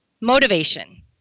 motivation